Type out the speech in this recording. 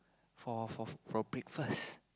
for for for breakfast